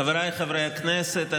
חבריי חברי הכנסת,